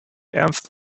ernst